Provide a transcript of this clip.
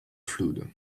flood